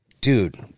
dude